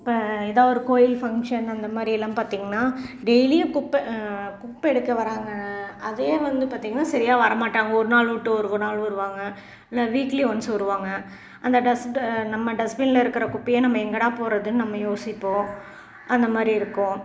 இப்போ எதாவது ஒரு கோவில் ஃபங்ஷன் அந்த மாதிரி எல்லாம் பார்த்திங்கன்னா டெயிலியும் குப்பை குப்பை எடுக்க வராங்க அதே வந்து பார்த்திங்கன்னா சரியா வர மாட்டாங்க ஒரு நாள் விட்டு ஒரு நாள் வருவாங்க இல்லை வீக்லி ஒன்ஸ் வருவாங்க அந்த டஸ்ட்டை நம்ம டஸ்பினில் இருக்கிற குப்பையை நம்ம எங்கடா போடுறதுனு நம்ம யோசிப்போம் அந்த மாதிரி இருக்கும்